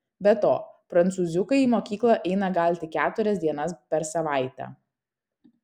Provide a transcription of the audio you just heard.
be to prancūziukai į mokyklą eina gal tik keturias dienas per savaitę